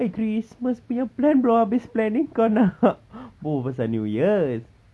eh christmas punya plan belum habis planning kau nak berbual new year's